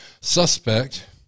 Suspect